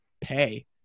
pay